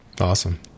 Awesome